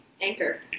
Anchor